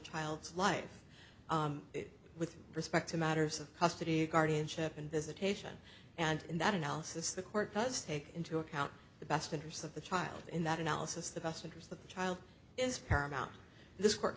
child's life with respect to matters of custody guardianship and visitation and in that analysis the court does take into account the best interests of the child in that analysis the best interest of the child is paramount in this court